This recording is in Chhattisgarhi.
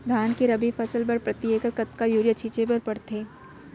धान के रबि फसल बर प्रति एकड़ कतका यूरिया छिंचे बर पड़थे?